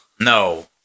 No